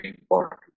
important